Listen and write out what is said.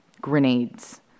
grenades